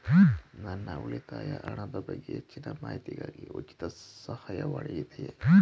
ನನ್ನ ಉಳಿತಾಯ ಹಣದ ಬಗ್ಗೆ ಹೆಚ್ಚಿನ ಮಾಹಿತಿಗಾಗಿ ಉಚಿತ ಸಹಾಯವಾಣಿ ಇದೆಯೇ?